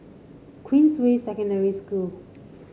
Queensway Secondary School